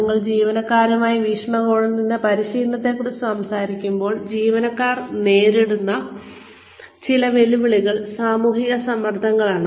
ഞങ്ങൾ ജീവനക്കാരുടെ വീക്ഷണകോണിൽ നിന്ന് പരിശീലനത്തെക്കുറിച്ച് സംസാരിക്കുമ്പോൾ ജീവനക്കാർ നേരിടുന്ന ചില വെല്ലുവിളികൾ സാമൂഹിക സമ്മർദ്ദങ്ങളാണ്